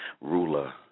ruler